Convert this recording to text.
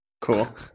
Cool